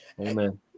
Amen